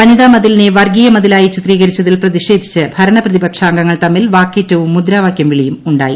വനിതാ മതിലിനെ വർഗീയ മതിലായി ചിത്രീകരിച്ചതിൽ പ്രതിഷേധിച്ച് ഭരണ പ്രതിപക്ഷാംഗങ്ങൾ തമ്മിൽ വാക്കേറ്റവും മുദ്രാവാക്യം വിളിയും ഉണ്ടായി